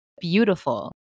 beautiful